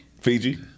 Fiji